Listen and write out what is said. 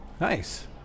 Nice